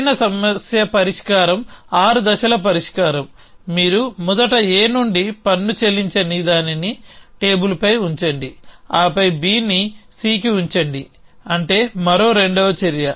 సరైన పరిష్కారం ఆరు దశల పరిష్కారం మీరు మొదట A నుండి పన్ను చెల్లించని దానిని టేబుల్పై ఉంచండి ఆపై Bని Cకి ఉంచండి అంటే మరో రెండవ చర్య